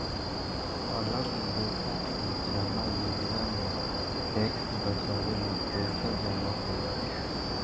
अलग लेखा के जमा योजना में टैक्स बचावे ला पईसा जमा होला